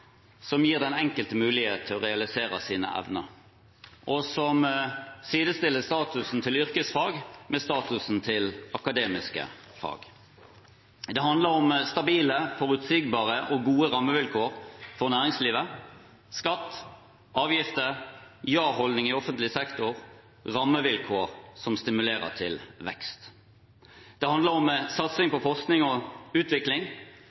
som gir den enkelte mulighet til å realisere sine evner, og som sidestiller statusen til yrkesfag med statusen til akademiske fag. Det handler om stabile, forutsigbare og gode rammevilkår for næringslivet, skatt, avgifter, ja-holdning i offentlig sektor, rammevilkår som stimulerer til vekst. Det handler om satsing på forskning og utvikling,